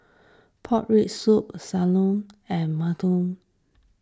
Pork Rib Soup Sam Lau and Murtabak Lembu